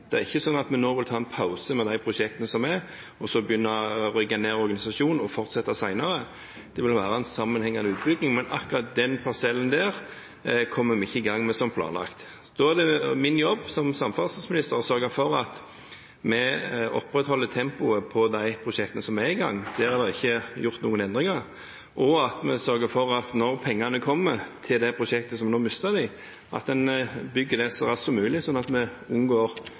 Det er ikke sånn at vi nå vil ta en pause i de prosjektene som er, og så begynne å rigge ned organisasjonen og fortsette senere. Det vil være en sammenhengende utbygging, men akkurat den parsellen kommer vi ikke i gang med som planlagt. Da er det min jobb som samferdselsminister å sørge for at vi opprettholder tempoet i de prosjektene som er i gang – der er det ikke gjort noen endringer – og at vi sørger for at når pengene kommer til prosjektet som nå mister dem, bygger det så raskt som mulig, sånn at vi unngår